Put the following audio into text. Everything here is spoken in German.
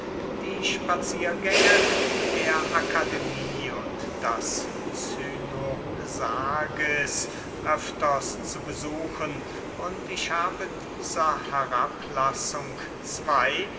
die spaziergänge der akademie und das cynosarges öfters zu besuchen und ich habe dieser herablassung zwey